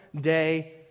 day